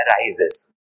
arises